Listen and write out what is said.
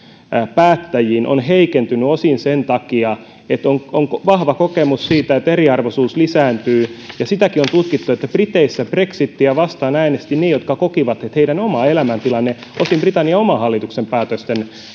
päättäjiin on heikentynyt osin sen takia että on vahva kokemus siitä että eriarvoisuus lisääntyy sitäkin on tutkittu että briteissä brexitiä vastaan äänestivät ne jotka kokivat että heidän oma elämäntilanteensa osin britannian oman hallituksen päätösten